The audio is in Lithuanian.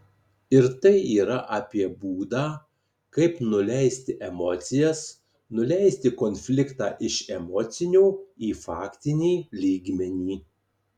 ir tai yra apie būdą kaip nuleisti emocijas nuleisti konfliktą iš emocinio į faktinį lygmenį